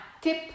tip